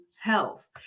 health